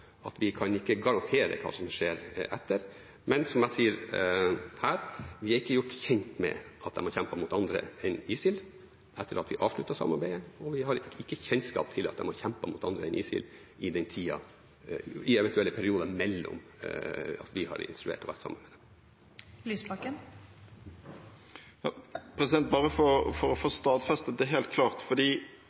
at vi kan ikke garantere hva som skjer etterpå. Men som jeg sier her: Vi er ikke gjort kjent med at de har kjempet mot andre enn ISIL etter at vi avsluttet samarbeidet, og vi har ikke kjennskap til at de har kjempet mot andre enn ISIL i eventuelle perioder mellom at vi har instruert og vært sammen med dem. Bare for å få stadfestet det helt klart: